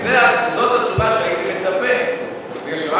זאת התשובה שהייתי מצפה לקבל.